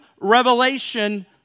revelation